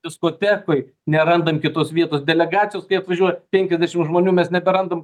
diskotekoj nerandam kitos vietos delegacijos kai atvažiuoja penkiasdešim žmonių mes neberandam